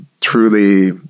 truly